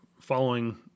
following